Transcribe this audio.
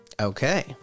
Okay